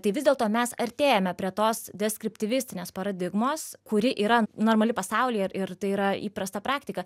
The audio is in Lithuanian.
tai vis dėlto mes artėjame prie tos deskriptivistinės paradigmos kuri yra normali pasaulyje ir ir tai yra įprasta praktika